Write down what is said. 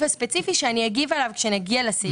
הספציפי שאגיב אליו כשנגיע לסעיף.